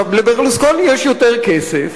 לברלוסקוני יש יותר כסף